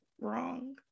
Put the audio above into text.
wrong